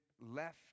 left